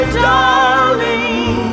darling